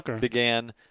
began